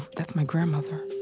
that's my grandmother.